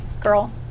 girl